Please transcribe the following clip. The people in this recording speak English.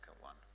one